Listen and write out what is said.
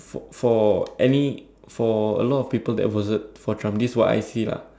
for any for a lot of people that voted for Trump this what I see lah